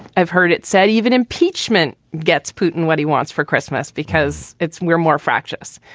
i've heard it said even impeachment gets putin what he wants for christmas because it's we're more fractious.